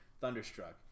Thunderstruck